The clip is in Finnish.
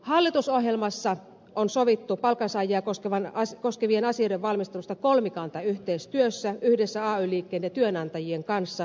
hallitusohjelmassa on sovittu palkansaajia koskevien asioiden valmistelusta kolmikantayhteistyössä yhdessä ay liikkeen ja työnantajien kanssa